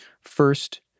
First